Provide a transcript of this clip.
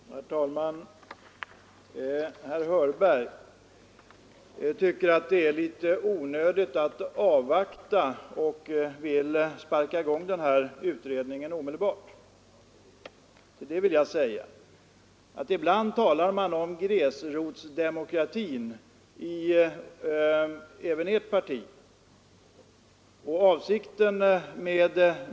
Herr talman! Herr Hörberg tycker att det är litet onödigt att avvakta och vill sparka i gång utredning omedelbart. Ibland talar man om gräsrotsdemokratin även i Ert parti, herr Hörberg.